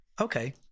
Okay